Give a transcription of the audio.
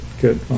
good